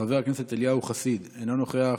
חבר הכנסת אליהו חסיד, אינו נוכח,